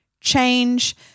change